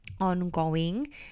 ongoing